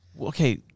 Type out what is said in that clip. Okay